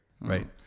Right